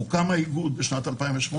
הוקם האיגוד ב-2008,